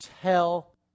tell